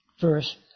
verse